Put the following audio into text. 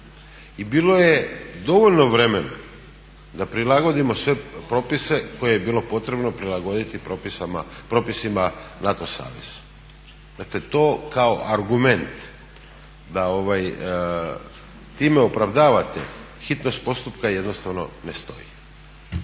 i bilo je dovoljno vremena da prilagodimo sve propise koje je bilo potrebno prilagoditi propisima NATO saveza. Dakle to kao argument da time opravdavate hitnost postupka jednostavno ne stoji.